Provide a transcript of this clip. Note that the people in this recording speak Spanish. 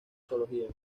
zoología